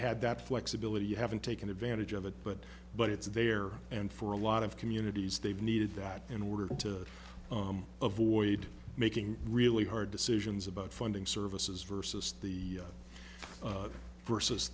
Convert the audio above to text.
had that flexibility you haven't taken advantage of it but but it's there and for a lot of communities they've needed that in order to avoid making really hard decisions about funding services versus the